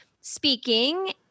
speaking